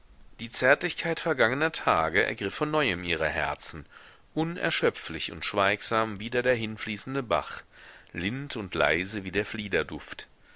die zärtlichkeit vergangener tage ergriff von neuem ihre herzen unerschöpflich und schweigsam wie der dahinfließende bach lind und leise wie der fliederduft